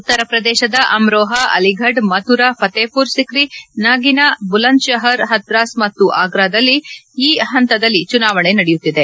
ಉತ್ತರ ಪ್ರದೇಶದ ಅಮ್ರೊಹಾ ಅಲಿಗಢ್ ಮಥುರಾ ಫತೇಪುರ್ ಸಿಕ್ರಿ ನಾಗಿನಾ ಬುಲಾಂದ್ ಶಹರ್ ಹತ್ರಾಸ್ ಮತ್ತು ಆಗ್ರಾದಲ್ಲಿ ಈ ಹಂತದಲ್ಲಿ ಚುನಾವಣೆ ನಡೆಯುತ್ತಿದೆ